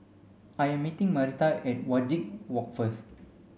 I am meeting Marita at Wajek Walk first